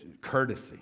Courtesy